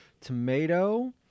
tomato